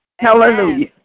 Hallelujah